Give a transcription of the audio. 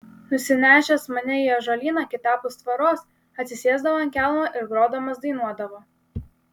nusinešęs mane į ąžuolyną kitapus tvoros atsisėsdavo ant kelmo ir grodamas dainuodavo